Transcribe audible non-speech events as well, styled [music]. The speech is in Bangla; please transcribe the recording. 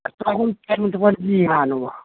আর তখন [unintelligible] দিয়ে আনব